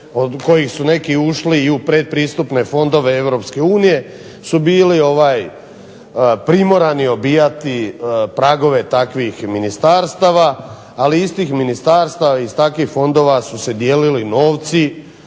kojih su neki ušli i u pretpristupne fondove Europske unije, su bili primorani obijati pragove takvih ministarstava, ali istih ministarstava, iz takvih fondova su se dijelili novci